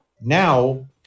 now